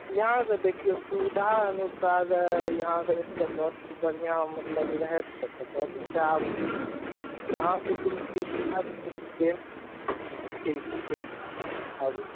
यहाँके देखियौ सुविधा अनुसार यहाँके बस बढ़िआँ मतलब रहत तब तऽ बससँ आबू यहाँके ठीक छै ठीक आबू